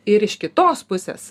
ir iš kitos pusės